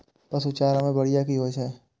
पशु चारा मैं बढ़िया की होय छै?